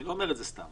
אני לא אומר סתם.